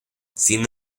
sin